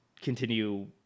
continue